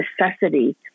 necessity